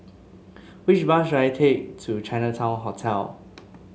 which bus should I take to Chinatown Hotel